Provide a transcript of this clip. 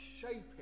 shaping